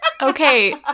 Okay